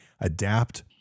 adapt